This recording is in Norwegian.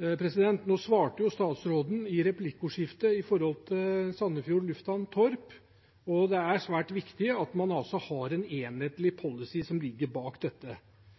Statsråden snakket i replikkordskiftet om Sandefjord lufthavn Torp, og det er svært viktig at man har en enhetlig